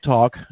Talk